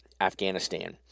Afghanistan